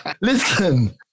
Listen